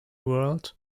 world